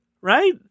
right